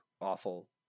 awful